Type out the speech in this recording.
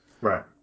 Right